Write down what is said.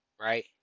right